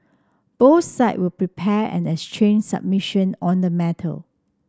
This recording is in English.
both sides will prepare and exchange submission on the matter